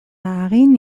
hagin